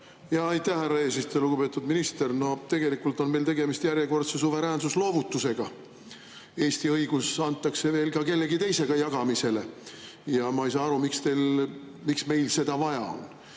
Aitäh, härra eesistuja! Lugupeetud minister! No tegelikult on meil tegemist järjekordse suveräänsuse loovutusega. Eesti õigus antakse veel ka kellegi teisega jagamisele ja ma ei saa aru, miks meil seda vaja on.